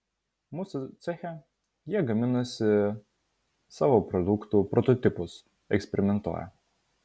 mūsų ceche jie gaminasi savo produktų prototipus eksperimentuoja